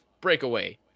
breakaway